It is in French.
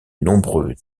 nombreux